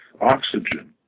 oxygen